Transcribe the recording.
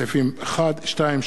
סעיפים 1(2),